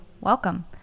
welcome